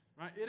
right